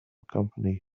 company